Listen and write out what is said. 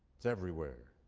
it's everywhere,